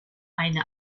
eine